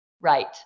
Right